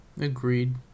Agreed